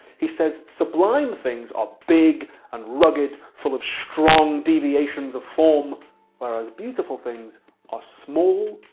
he says sublime things are big and rugged, full of strong deviations of form whereas beautiful things are small,